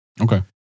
Okay